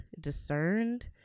discerned